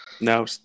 No